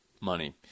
money